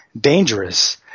dangerous